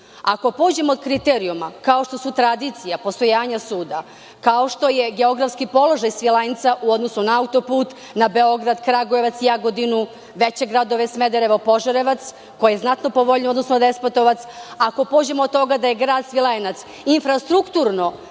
pođemo od kriterijuma kao što su tradicija, postojanje suda, kao što je geografski položaj Svilajnca u odnosu na autoput, na Beograd, Kragujevac, Jagodinu, da će gradove Smedereva, Požarevac, koji je znatno povoljniji u odnosu na Despotovac, ako pođemo od toga da je grad Svilajnac infrastrukturno